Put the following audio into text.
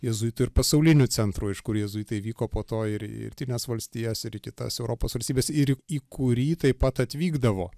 jėzuitų ir pasauliniu centru iš kur jėzuitai vyko po to ir į rytines valstijas ir į kitas europos valstybes ir į kurį taip pat atvykdavo